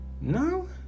No